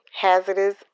hazardous